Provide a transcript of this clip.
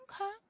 Okay